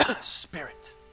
spirit